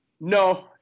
No